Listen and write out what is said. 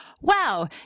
Wow